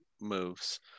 moves